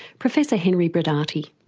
professor henry brodaty.